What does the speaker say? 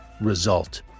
Result